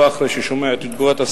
לא אחרי שהוא שומע את תגובת השר,